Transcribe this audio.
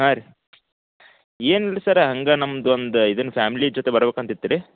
ಹಾಂ ರೀ ಏನಿಲ್ಲ ರೀ ಸರ್ರ ಹಂಗೆ ನಮ್ದು ಒಂದು ಇದನ್ನು ಫ್ಯಾಮಿಲಿ ಜೊತೆ ಬರ್ಬೇಕ್ ಅಂತ ಇತ್ತು ರೀ